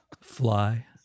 fly